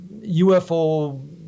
UFO